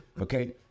Okay